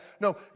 No